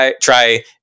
try